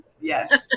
Yes